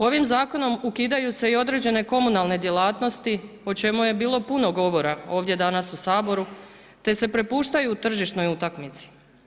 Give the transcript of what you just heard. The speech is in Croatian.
Ovim zakonom ukidaju se i određene komunalne djelatnosti o čemu je bilo puno govora ovdje danas u Saboru te se prepuštaju tržišnoj utakmici.